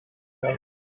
rose